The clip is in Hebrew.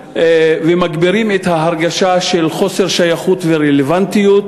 ומגבירים את ההרגשה של חוסר שייכות ורלוונטיות,